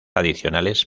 adicionales